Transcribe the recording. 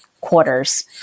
quarters